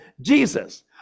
Jesus